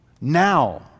now